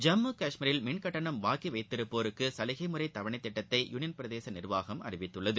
ஜம்மு காஷ்மீரில் மின்கட்டணம் பாக்கி வைத்திருப்போருக்கு சலுகை முறை தவணை திட்டத்தையூளியன் பிரதேச நிர்வாகம் அறிவித்துள்ளது